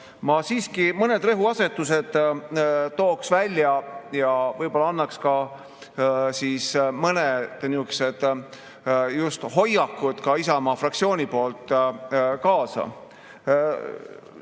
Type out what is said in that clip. Ma siiski mõned rõhuasetused tooks välja ja võib-olla annaks ka mõned nihukesed hoiakud Isamaa fraktsiooni poolt kaasa.